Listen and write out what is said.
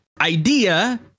idea